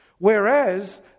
whereas